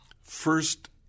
first